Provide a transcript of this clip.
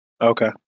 okay